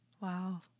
Wow